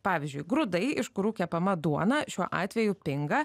pavyzdžiui grūdai iš kurių kepama duona šiuo atveju pinga